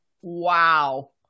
Wow